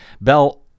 bell